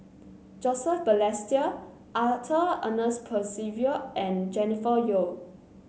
Joseph Balestier Arthur Ernest Percival and Jennifer Yeo